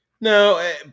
no